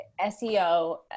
SEO